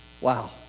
Wow